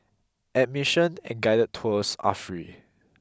admission and guided tours are free